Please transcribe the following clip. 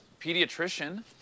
pediatrician